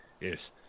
yes